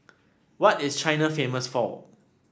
what is China famous for